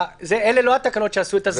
אלו לא התקנות שעשו את הסגירה.